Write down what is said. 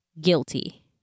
guilty